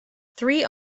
three